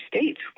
states